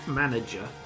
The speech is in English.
manager